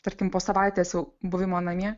tarkim po savaitės jau buvimo namie